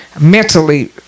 mentally